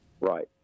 Right